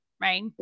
right